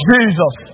Jesus